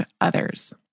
others